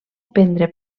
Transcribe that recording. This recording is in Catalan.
prendre